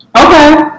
Okay